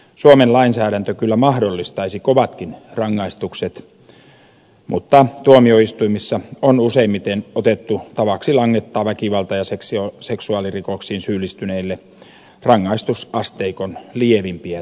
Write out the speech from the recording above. suomen lainsäädäntö kyllä mahdollistaisi kovatkin rangaistukset mutta tuomioistuimissa on useimmiten otettu tavaksi langettaa väkivalta ja seksuaalirikoksiin syyllistyneille rangaistusasteikon lievimpiä tuomioita